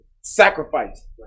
sacrifice